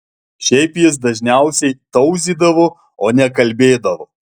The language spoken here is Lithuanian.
šiaip jis dažniausiai tauzydavo o ne kalbėdavo